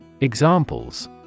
Examples